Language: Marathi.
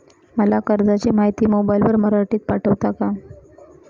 मला कर्जाची माहिती मोबाईलवर मराठीत पाठवता का?